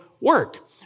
work